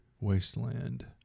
wasteland